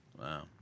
wow